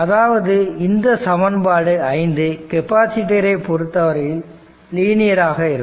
அதாவது இந்த சமன்பாடு 5 கெப்பாசிட்டர் ஐ பொருத்தவரையில் லீனியர் ஆக இருக்கும்